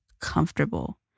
comfortable